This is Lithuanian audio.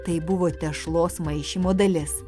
tai buvo tešlos maišymo dalis